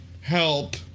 Help